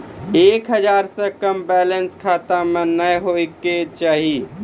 एक हजार से कम बैलेंस खाता मे नैय होय के चाही